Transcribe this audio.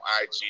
IG